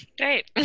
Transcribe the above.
Great